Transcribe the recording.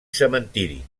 cementiri